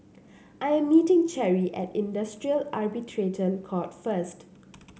I am meeting Cherry at Industrial Arbitration Court first